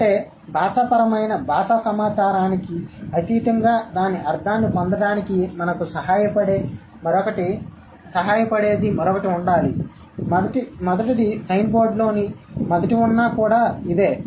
అంటే భాషాపరమైన భాషా సమాచారానికి అతీతంగా దాని అర్థాన్ని పొందడానికి మనకు సహాయపడే మరొకటి ఉండాలి మొదటి సైన్ బోర్డ్లోని మొదటి వున్నా కూడా ఇదే